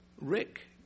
Rick